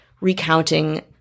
recounting